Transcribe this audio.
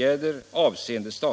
Jag skall försöka